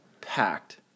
packed